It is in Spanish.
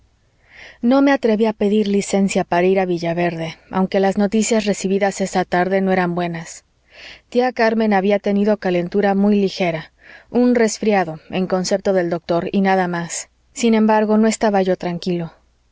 no me atreví a pedir licencia para ir a villaverde aunque las noticias recibidas esa tarde no eran buenas tía carmen había tenido calentura muy ligera un resfriado en concepto del doctor y nada más sin embargo no estaba yo tranquilo